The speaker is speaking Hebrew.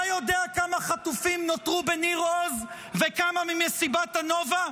אתה יודע כמה חטופים נותרו בניר עוז וכמה במסיבת הנובה?